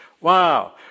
Wow